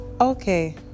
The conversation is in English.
okay